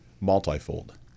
multifold